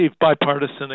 bipartisan